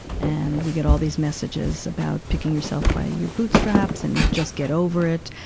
and we get all these messages about picking yourself by your bootstraps and just get over it.